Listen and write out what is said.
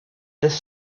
this